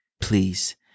please